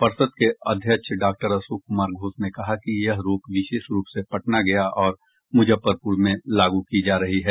पर्षद के अध्यक्ष डॉक्टर अशोक कुमार घोष ने कहा कि यह रोक विशेष रूप से पटना गया और मुजफ्फरपुर में लागू की जा रही है